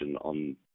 on